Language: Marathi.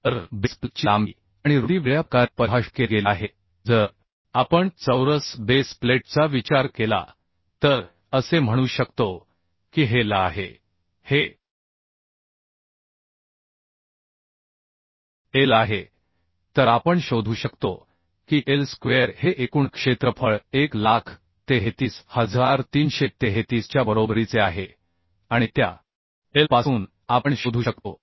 तर बेस प्लेटची लांबी आणि रुंदी वेगळ्या प्रकारे परिभाषित केली गेली आहे जर आपण चौरस बेस प्लेटचा विचार केला तर असे म्हणू शकतो की हे L आहे हे L आहे तर आपण शोधू शकतो की L स्क्वेअर हे एकूण क्षेत्रफळ 133333 च्या बरोबरीचे आहे आणि त्या L पासून आपण शोधू शकतो